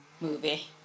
movie